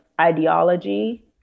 ideology